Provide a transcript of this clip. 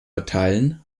erteilen